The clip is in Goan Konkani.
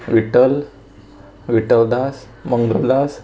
विटल विट्टलदास मंगलदास